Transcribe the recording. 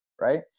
right